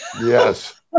yes